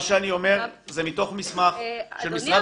מה שאני אומר זה מתוך מסמך של משרד התרבות והספורט.